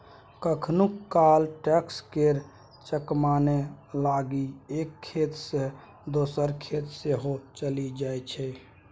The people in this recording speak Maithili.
कखनहुँ काल टैक्टर केर चक्कामे लागि एक खेत सँ दोसर खेत सेहो चलि जाइ छै